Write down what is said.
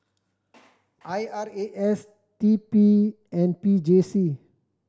I R A S T P and P J C